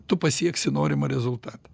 tu pasieksi norimą rezultatą